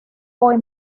hoy